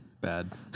bad